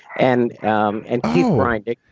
and um and teeth grinding oh,